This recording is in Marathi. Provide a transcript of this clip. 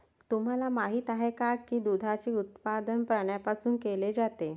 तुम्हाला माहित आहे का की दुधाचे उत्पादन प्राण्यांपासून केले जाते?